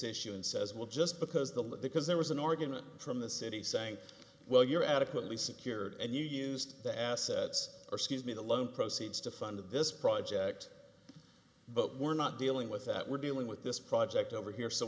issue and says well just because the because there was an organ from the city saying well you're adequately secured and you used the assets or scuse me the loan proceeds to fund this project but we're not dealing with that we're dealing with this project over here so